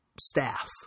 staff